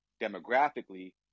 demographically